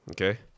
Okay